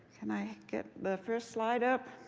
can i get the first slide up?